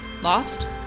lost